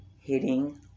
hitting